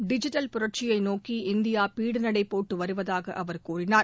digital புரட்சியை நோக்கி India பீடுநடை போட்டுவருவதாக அவர் கூறினார்